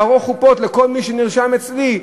לערוך חופות לכל מי שנרשם אצלי,